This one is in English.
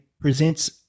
presents